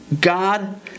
God